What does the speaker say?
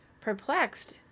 perplexed